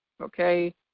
okay